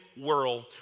world